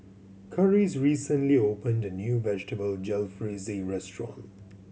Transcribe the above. Karis recently opened a new Vegetable Jalfrezi Restaurant